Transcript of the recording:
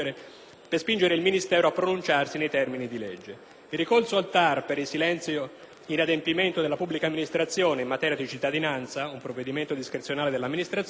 silenzio-inadempimento della pubblica amministrazione in materia di cittadinanza, un provvedimento discrezionale della pubblica amministrazione, non rappresenta nei fatti che un ennesimo e costoso tassello per il cittadino straniero.